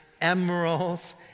emeralds